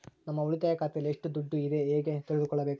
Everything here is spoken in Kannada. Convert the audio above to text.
ನಮ್ಮ ಉಳಿತಾಯ ಖಾತೆಯಲ್ಲಿ ಎಷ್ಟು ದುಡ್ಡು ಇದೆ ಹೇಗೆ ತಿಳಿದುಕೊಳ್ಳಬೇಕು?